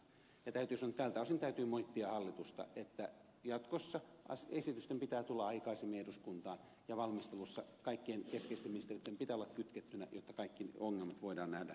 täytyy sanoa että tältä osin täytyy moittia hallitusta että jatkossa esitysten pitää tulla aikaisemmin eduskuntaan ja valmistelussa kaikkien keskeisten ministereitten pitää olla kytkettynä jotta kaikki ongelmat voidaan nähdä jo etukäteen